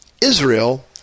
Israel